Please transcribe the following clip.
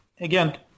again